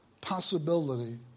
possibility